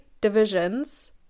divisions